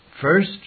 first